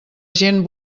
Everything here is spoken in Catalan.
gent